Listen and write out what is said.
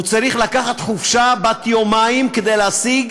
הוא צריך לקחת חופשה בת יומיים כדי להשיג